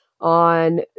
on